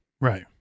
Right